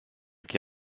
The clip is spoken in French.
qui